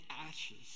ashes